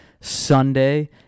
Sunday